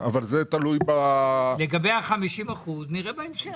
אבל זה תלוי -- לגבי ה-50% נראה בהמשך.